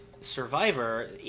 Survivor